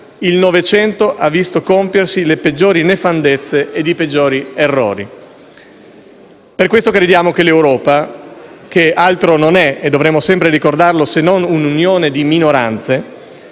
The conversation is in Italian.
il Novecento ha visto compiersi le peggiori nefandezze e i peggiori errori. Per questo crediamo che l'Europa, che altro non è - e dovremmo sempre ricordarlo - se non un insieme di minoranze,